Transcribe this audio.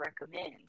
recommend